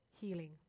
healing